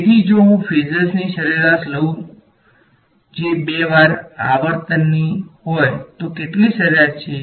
તેથી જો હું ફેઝર્સની સરેરાશ લઈ લઉં જે બે વાર આવર્તનની આવર્તન હોય તો કેટલી સરેરાશ છે